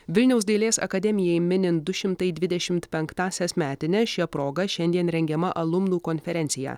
vilniaus dailės akademijai minint du šimtai dvidešimt penktąsias metines šia proga šiandien rengiama alumnų konferencija